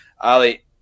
Ali